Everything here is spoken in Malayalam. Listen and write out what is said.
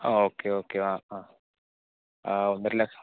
ആ ഓക്കെ ഓക്കെ ആ ആ ആ ഒന്നരലക്ഷം